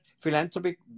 Philanthropic